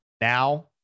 Now